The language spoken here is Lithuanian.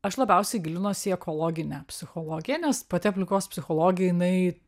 aš labiausiai gilinuosi į ekologinę psichologiją nes pati aplinkos psichologija jinai